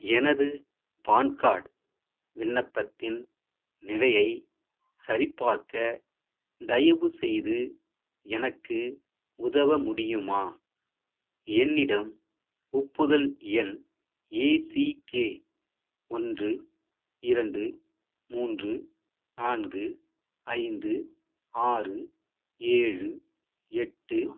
எனது PAN card விண்ணப்பத்தின் நிலையை சரிபார்க்க தயவுசெய்து எனக்கு உதவ முடியுமா என்னிடம் ஒப்புதல் எண் ஏசிகே ஒன்று இரண்டு மூன்று நான்கு ஐந்து ஆறு ஏழு எட்டு